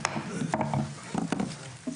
הישיבה ננעלה בשעה 12:17.